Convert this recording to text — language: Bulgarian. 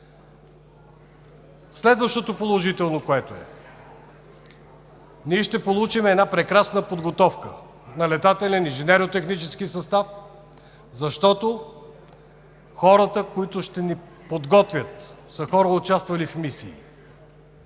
Следващото положително нещо е, че ние ще получим една прекрасна подготовка на летателен и инженерно-технически състав, защото хората, които ще ни подготвят, са хората, участвали в мисии